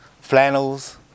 flannels